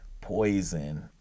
poison